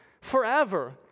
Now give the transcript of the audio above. forever